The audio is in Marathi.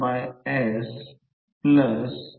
त्यामुळे यालाच असे म्हणतात की हे मूल्य येत आहे